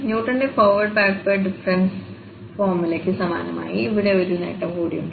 ന്യൂട്ടന്റെ forward backward difference ഫോർമുലയ്ക്ക് സമാനമായി ഇവിടെ ഒരു നേട്ടം കൂടി ഉണ്ട്